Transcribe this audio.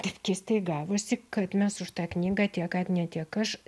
taip keistai gavosi kad mes už tą knygą tiek agnė tiek aš